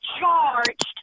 charged